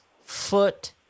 foot